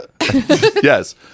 Yes